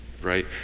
right